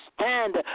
stand